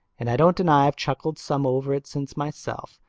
and i don't deny i've chuckled some over it since myself,